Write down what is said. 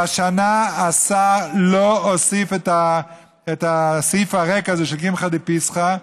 שהשנה השר לא הוסיף את הסעיף הריק הזה של קמחא דפסחא,